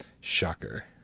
Shocker